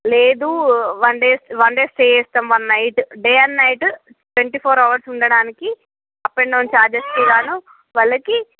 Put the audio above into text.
లేదు one day one day stay చేస్తాం one night day and night twenty four hours ఉండడానికి up and down ఛార్జెస్కి కాను వాళ్ళకి